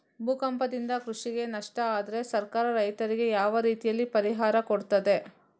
ಭೂಕಂಪದಿಂದ ಕೃಷಿಗೆ ನಷ್ಟ ಆದ್ರೆ ಸರ್ಕಾರ ರೈತರಿಗೆ ಯಾವ ರೀತಿಯಲ್ಲಿ ಪರಿಹಾರ ಕೊಡ್ತದೆ?